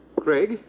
Craig